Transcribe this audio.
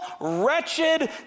wretched